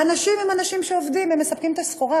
והאנשים הם אנשים שעובדים, הם מספקים את הסחורה.